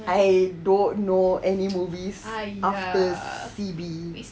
I don't know any movies after C_B